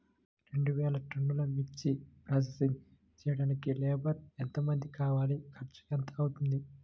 రెండు వేలు టన్నుల మిర్చి ప్రోసెసింగ్ చేయడానికి లేబర్ ఎంతమంది కావాలి, ఖర్చు ఎంత అవుతుంది?